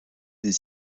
des